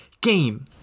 game